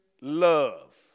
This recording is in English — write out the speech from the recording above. love